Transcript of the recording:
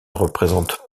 représente